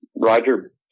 Roger